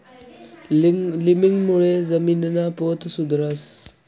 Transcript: लिमिंगमुळे जमीनना पोत सुधरस